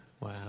Wow